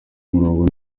umurongo